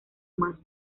mas